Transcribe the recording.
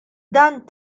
dan